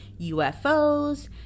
UFOs